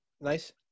Nice